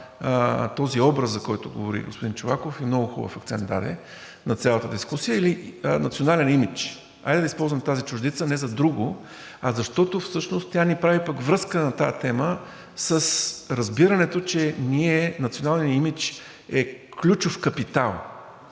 този образ, за който говори господин Чолаков и много хубав акцент даде на цялата дискусия или национален имидж. Хайде да използвам тази чуждица не за друго, а защото всъщност тя ни прави пък връзка на тази тема с разбирането, че за нас националният имидж е ключов капитал